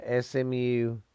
SMU